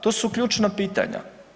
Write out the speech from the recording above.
To su ključna pitanja.